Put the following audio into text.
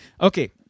Okay